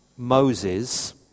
Moses